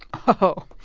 oh.